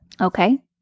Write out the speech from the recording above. Okay